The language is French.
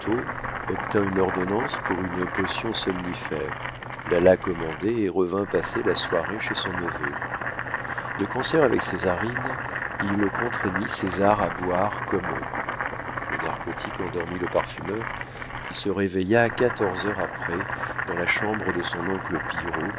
obtint une ordonnance pour une potion somnifère l'alla commander et revint passer la soirée chez son neveu de concert avec césarine il contraignit césar à boire comme eux le narcotique endormit le parfumeur qui se réveilla quatorze heures après dans la chambre de son oncle